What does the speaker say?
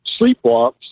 sleepwalks